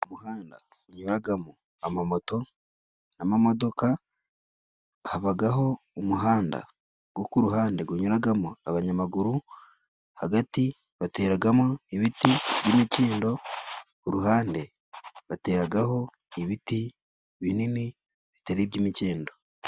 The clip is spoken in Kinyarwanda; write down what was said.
Umuhanda gunyuragamo amamoto n'amamodoka. Habagaho umuhanda go kuruhande gunyuragamo abanyamaguru hagati bateragamo ibiti by'imikindo, ku ruhande bateragaho ibiti binini bitari iby'imikindo.